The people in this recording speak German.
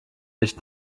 nicht